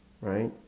right